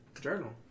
journal